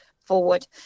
forward